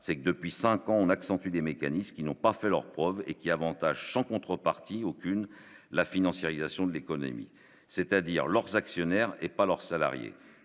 c'est que depuis 5 ans, on accentue des mécanismes qui n'ont pas fait leur preuves et qui avantages sans contrepartie aucune la financiarisation de l'économie, c'est-à-dire leurs actionnaires et pas leurs salariés